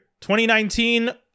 2019